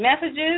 messages